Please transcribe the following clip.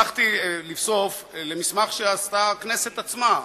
הלכתי לבסוף למסמך שעשתה הכנסת עצמה,